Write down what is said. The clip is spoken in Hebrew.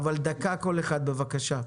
דקה לכל אחד, בבקשה.